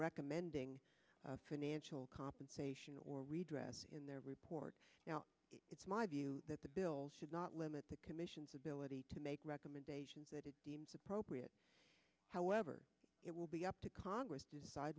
recommending financial compensation or redress in their report now it's my view that the bills should not limit the commissions ability to make recommendations that it deems appropriate however it will be up to congress decide